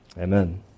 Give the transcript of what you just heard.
Amen